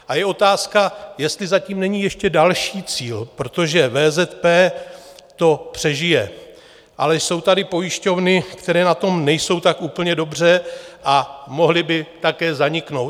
A je otázka, jestli za tím není ještě další cíl, protože VZP to přežije, ale jsou tady pojišťovny, které na tom nejsou tak úplně dobře a mohly by také zaniknout.